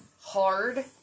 hard